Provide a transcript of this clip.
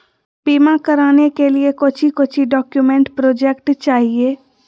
बीमा कराने के लिए कोच्चि कोच्चि डॉक्यूमेंट प्रोजेक्ट चाहिए?